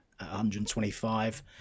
125